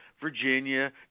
Virginia